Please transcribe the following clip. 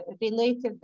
related